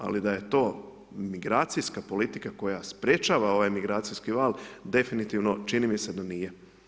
Ali da je to migracijska politika koja sprečava ovaj migracijski val, definitivno, čini mi se, da nije.